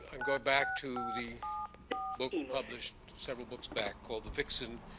and going back to the book published several books back called, the vixen,